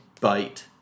bite